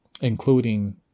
Including